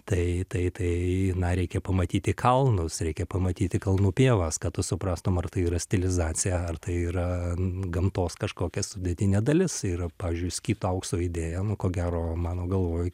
tai tai tai na reikia pamatyti kalnus reikia pamatyti kalnų pievas kad tu suprastum ar tai yra stilizacija ar tai yra gamtos kažkokia sudėtinė dalis yra pavyzdžiui skitų aukso idėja ko gero mano galvoj